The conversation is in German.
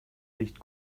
riecht